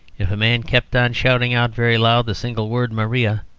if a man kept on shouting out very loud the single word maria,